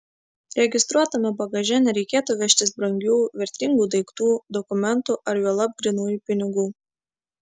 registruotame bagaže nereikėtų vežtis brangių vertingų daiktų dokumentų ar juolab grynųjų pinigų